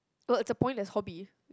oh it's a pointless hobby